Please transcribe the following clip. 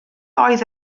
oedd